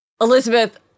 Elizabeth